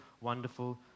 wonderful